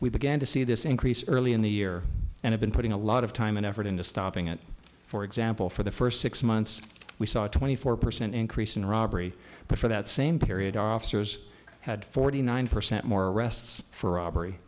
we began to see this increase early in the year and have been putting a lot of time and effort into stopping it for example for the first six months we saw a twenty four percent increase in robbery but for that same period our officers had forty nine percent more arrests for robbery